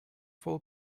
full